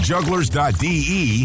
Jugglers.de